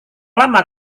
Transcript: lama